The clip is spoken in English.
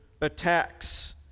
attacks